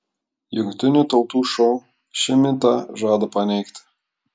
jungtinių tautų šou šį mitą žada paneigti